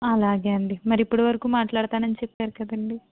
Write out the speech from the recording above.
అలాగే అండి మరి ఇప్పటి వరకు మాట్లాడతానని చెప్పారు కదండి